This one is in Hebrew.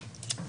בבקשה.